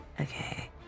Okay